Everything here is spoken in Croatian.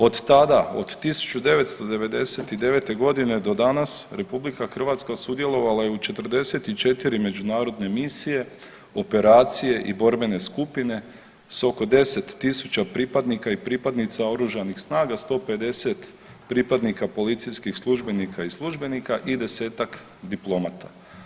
Od tada od 1999.g. do danas RH sudjelovala je u 44 međunarodne misije, operacije i borbene skupine s oko 10.000 pripadnika i pripadnica oružanih snaga, 150 pripadnika policijskih službenica i službenika i desetak diplomata.